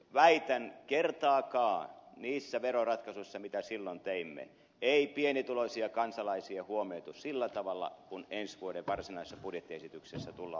väitän kertaakaan niissä veroratkaisuissa mitä silloin teimme ei pienituloisia kansalaisia huomioitu sillä tavalla kuin ensi vuoden varsinaisessa budjettiesityksessä tullaan huomioimaan